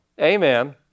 amen